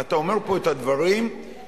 אתה אומר פה את הדברים שהם,